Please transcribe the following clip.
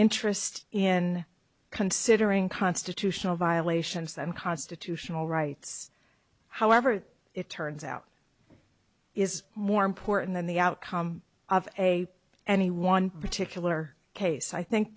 interest in considering constitutional violations and constitutional rights however it turns out is more important than the outcome of a any one particular case i think